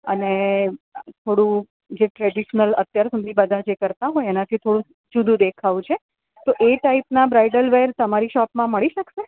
અને થોડુંક જે ટ્રેડિશનલ અત્યાર સુધી બધાં જે કરતાં હોયને એનાથી થોડુંક જુદું દેખાવું છે તો એ ટાઇપના બ્રાઈડલ વેર તમારી શોપમાં મળી શકશે